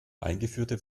eingeführte